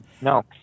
No